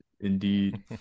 indeed